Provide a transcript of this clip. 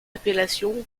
appellation